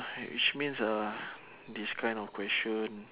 which means ah this kind of question